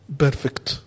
perfect